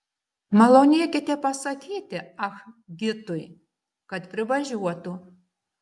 malonėkite pasakyti ah gitui kad privažiuotų